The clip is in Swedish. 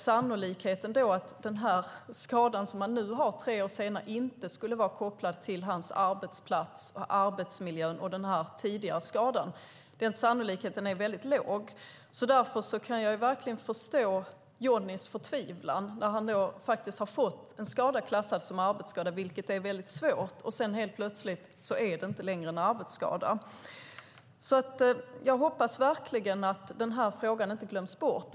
Sannolikheten att den skada som han nu har, tre år senare, inte skulle vara kopplad till hans arbetsplats, arbetsmiljön och den tidigare skadan är väldigt låg. Därför kan jag verkligen förstå Johnnys förtvivlan. Först fick han skadan klassad som arbetsskada, vilket är väldigt svårt. Sedan är det helt plötsligt inte längre en arbetsskada. Jag hoppas verkligen att den här frågan inte glöms bort.